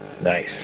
Nice